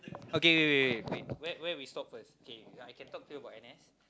okay wait wait wait wait where we stop first I can talk to you about N_S